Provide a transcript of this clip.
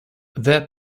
their